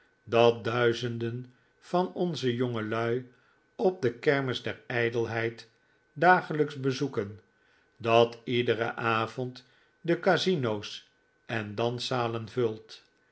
dat duizenden van onze jongelui op de kermis der ijdelheid dagelijks bezoeken dat iederen avond de casino's en danszalen vult